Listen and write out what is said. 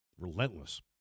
relentless